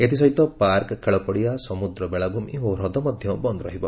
ଏଥିସହିତ ପାର୍କ ଖେଳପଡିଆ ସମୁଦ୍ର ବେଳାଭ୍ମି ଓ ହ୍ରଦ ମଧ ବନ୍ଦ ରହିବ